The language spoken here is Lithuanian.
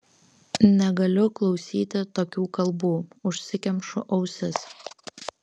negaliu klausyti tokių kalbų užsikemšu ausis